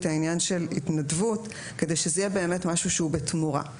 העניין של התנדבות כדי שזה יהיה באמת משהו שהוא בתמורה.